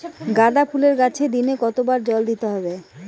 গাদা ফুলের গাছে দিনে কতবার জল দিতে হবে?